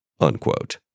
Unquote